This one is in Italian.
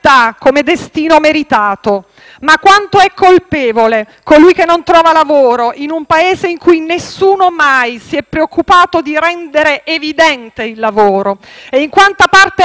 come destino meritato. Ma quanto è colpevole colui che non trova lavoro in un Paese in cui nessuno mai si è preoccupato di rendere evidente il lavoro? In quanta parte è